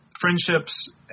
friendships